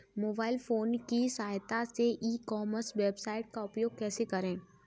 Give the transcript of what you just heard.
Mobile phone की सहायता से ई कॉमर्स वेबसाइट का उपयोग कैसे करें?